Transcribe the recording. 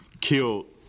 killed